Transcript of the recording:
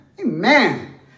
Amen